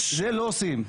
את זה לא עושים.